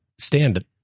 stand